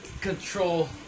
control